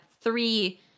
Three